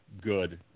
good